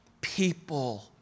People